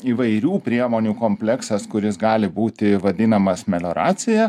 įvairių priemonių kompleksas kuris gali būti vadinamas melioracija